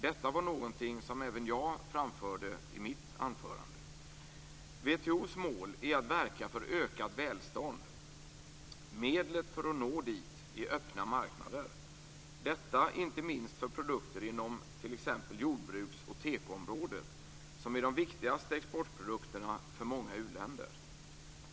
Detta var någonting som även jag framförde i mitt anförande. WTO:s mål är att verka för ökat välstånd. Medlet för att nå dit är öppna marknader, inte minst för produkter inom t.ex. jordbruks och tekoområdena som är de viktigaste exportprodukterna för många uländer.